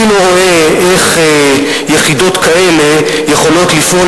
אני לא רואה איך יחידות כאלה יכולות לפעול